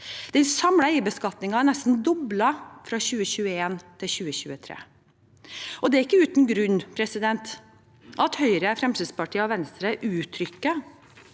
Den samlede eierbeskatningen er nesten doblet fra 2021 til 2023. Det er ikke uten grunn at Høyre, Fremskrittspartiet og Venstre uttrykker